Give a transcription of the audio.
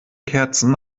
kerzen